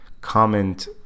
comment